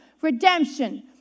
Redemption